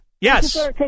Yes